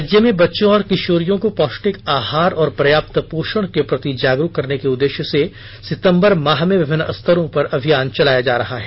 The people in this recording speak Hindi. राज्य में बच्चों और किशोरियों को पौष्टिक आहार और पर्याप्त पोषण के प्रति जागरूक करने के उददेश्य से सितम्बर माह में विभिन्न स्तरों पर अभियान चलाया जा रहा है